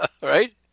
Right